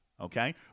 okay